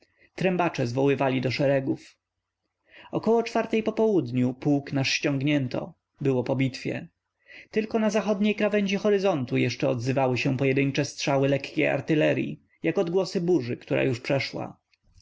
trębacze zwoływali do szeregów około czwartej popołudniu pułk nasz ściągnięto było po bitwie tylko na zachodniej krawędzi horyzontu jeszcze odzywały się pojedyńcze strzały lekkiej artyleryi jak odgłosy burzy która już przeszła